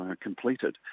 completed